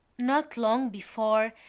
not long before,